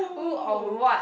who or what